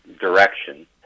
direction